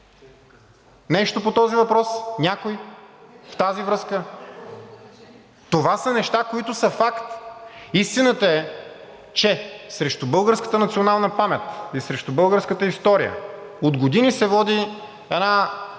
Нещо по този въпрос някой, в тази връзка? Това са неща, които са факт. Истината е, че срещу българската национална памет и срещу българската история от години се води, ако